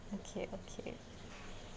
okay okay